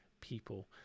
people